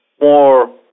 more